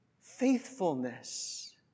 faithfulness